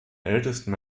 ältesten